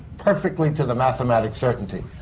perfectly to the mathematic certainty.